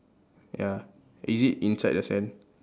ya is it inside the sand